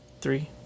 Three